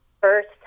first